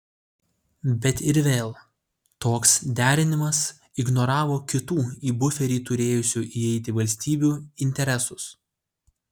bet ir vėl toks derinimas ignoravo kitų į buferį turėjusių įeiti valstybių interesus